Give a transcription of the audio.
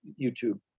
youtube